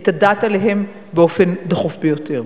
את הדעת עליהם באופן דחוף ביותר.